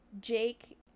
Jake